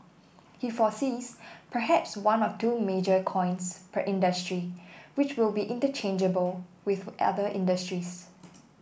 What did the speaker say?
he foresees perhaps one or two major coins per industry which will be interchangeable with other industries